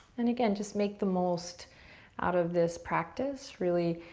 and again, just make the most out of this practice. really,